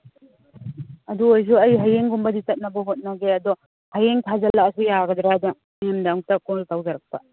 ꯑꯗꯨ ꯑꯣꯏꯔꯁꯨ ꯑꯩ ꯍꯌꯦꯡꯒꯨꯝꯕꯗꯤ ꯆꯠꯅꯕ ꯍꯣꯠꯅꯒꯦ ꯑꯗꯣ ꯍꯌꯦꯡ ꯊꯥꯖꯤꯜꯂꯛꯑꯁꯨ ꯌꯥꯒꯗ꯭ꯔꯅ ꯃꯦꯝꯗ ꯑꯝꯇ ꯀꯣꯜ ꯇꯧꯖꯔꯛꯄ